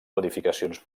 modificacions